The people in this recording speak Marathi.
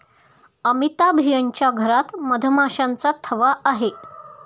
अमिताभ यांच्या घरात मधमाशांचा थवा आहे